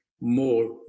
more